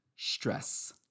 Stress